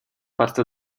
parte